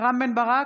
רם בן ברק,